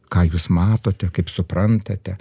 ką jūs matote kaip suprantate